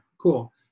cool